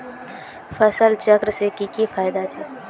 फसल चक्र से की की फायदा छे?